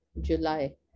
july